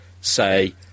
say